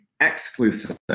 exclusive